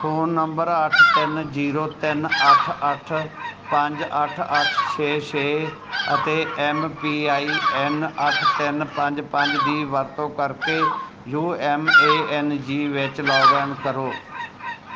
phone number ਅੱਠ ਤਿੰਨ zero ਤਿੰਨ ਅੱਠ ਅੱਠ ਪੰਜ ਅੱਠ ਅੱਠ ਛੇ ਛੇ ਅਤੇ ਐਮ ਪੀ ਆਈ ਐਨ ਅੱਠ ਤਿੰਨ ਪੰਜ ਪੰਜ ਦੀ ਵਰਤੋਂ ਕਰਕੇ U M A N G ਵਿੱਚ ਲੌਗਇਨ ਕਰੋ